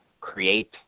create